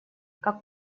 как